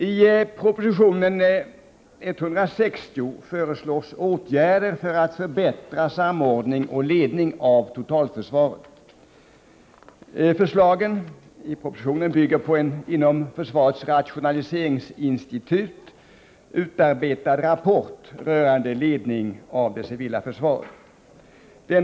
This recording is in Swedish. I proposition 160 föreslås åtgärder för att förbättra samordning och ledning av totalförsvaret. Förslagen i propositionen bygger på en inom försvarets rationaliseringsinstitut utarbetad rapport rörande ledningen av det civila försvaret.